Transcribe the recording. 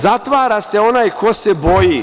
Zatvara se onaj ko se boji.